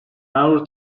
hour